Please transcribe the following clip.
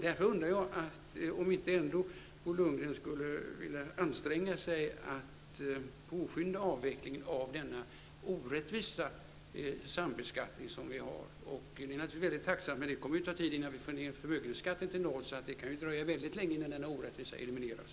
Därför undrar jag om Bo Lundgren ändå inte skall anstränga sig att påskynda avvecklingen av denna orättvisa sambeskattning som finns. Och det är naturligtvis mycket tacksamt, men det kommer naturligtvis att ta tid innan vi får ned förmögenhetsskatten till noll, så det kan ta mycket lång tid innan denna orättvisa elimineras.